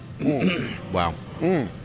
Wow